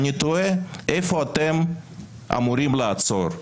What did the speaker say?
אני תוהה איפה אתם אמורים לעצור,